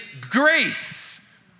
grace